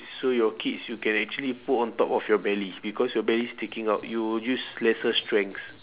so your kids you can actually put on top of your belly because your belly sticking out you will use lesser strength